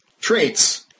Traits